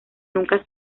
nunca